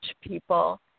people